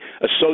associate